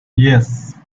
yes